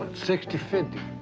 sixty fifty.